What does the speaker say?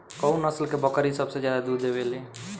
कउन नस्ल के बकरी सबसे ज्यादा दूध देवे लें?